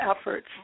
efforts